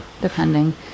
depending